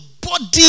body